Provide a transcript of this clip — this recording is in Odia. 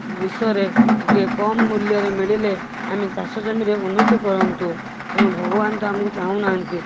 ବିଷରେ ଟିକେ କମ୍ ମୂଲ୍ୟରେ ମିଳିଲେ ଆମେ ଚାଷ ଜମିରେ ଉନ୍ନତି କରନ୍ତୁ ତେଣୁ ଭଗବାନ ତ ଆମକୁ ଚାହୁଁ ନାହାନ୍ତି